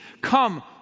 come